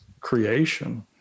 creation